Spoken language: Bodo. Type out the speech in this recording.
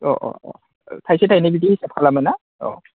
अ अ अ थाइसे थाइनै बिदि हिसाब खालामोना औ